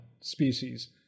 species